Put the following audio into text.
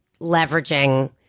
leveraging